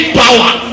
power